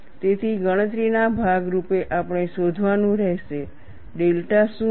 તેથી ગણતરીના ભાગ રૂપે આપણે શોધવાનું રહેશે ડેલ્ટા શું છે